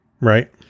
right